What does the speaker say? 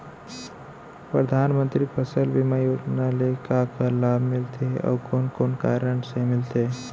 परधानमंतरी फसल बीमा योजना ले का का लाभ मिलथे अऊ कोन कोन कारण से मिलथे?